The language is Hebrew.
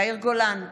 יאיר גולן,